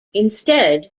instead